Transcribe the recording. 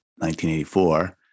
1984